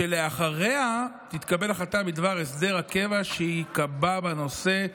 ואחריה תתקבל החלטה בדבר הסדר הקבע שייקבע בנושא.